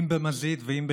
אם במזיד ואם בשוגג,